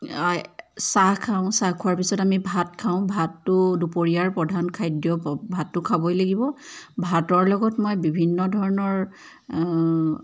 চাহ খাওঁ চাহ খোৱাৰ পিছত আমি ভাত খাওঁ ভাতটো দুপৰীয়াৰ প্ৰধান খাদ্য কওক ভাতটো খাবই লাগিব ভাতৰ লগত মই বিভিন্ন ধৰণৰ